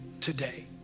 today